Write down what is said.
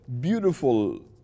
beautiful